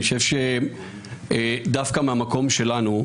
אני חושב שדווקא מהמקום שלנו,